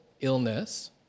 illness